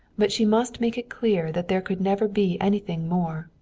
but she must make it clear that there could never be anything more.